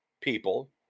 people